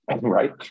Right